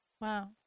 Wow